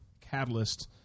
catalyst